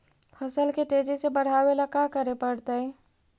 फसल के तेजी से बढ़ावेला का करे पड़तई?